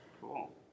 Cool